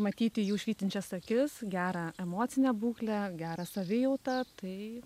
matyti jų švytinčias akis gerą emocinę būklę gerą savijautą tai